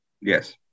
yes